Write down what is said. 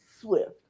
Swift